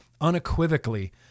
unequivocally